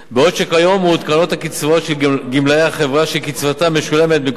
בעוד כיום מעודכנות הקצבאות של גמלאי החברה שקצבתם משולמת מקופת